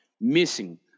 missing